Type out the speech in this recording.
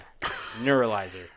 Neuralizer